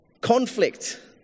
Conflict